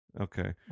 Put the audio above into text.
Okay